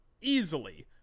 easily